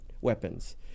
weapons